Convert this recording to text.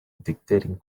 dictating